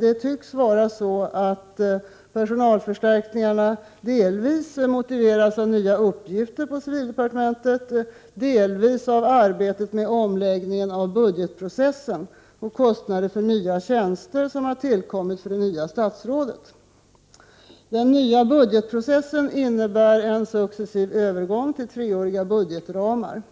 Det tycks vara så, att personalförstärkningarna delvis motiveras av nya uppgifter inom civildepartementet, delvis av arbetet med omläggningen av budgetprocessen och de kostnader för nya tjänster som tillkommit i och med det nya statsrådet. Den nya budgetprocessen innebär en successiv övergång till treåriga budgetramar.